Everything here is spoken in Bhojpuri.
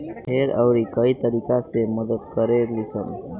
भेड़ अउरी कई तरीका से मदद करे लीसन